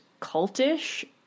cultish